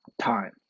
time